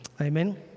Amen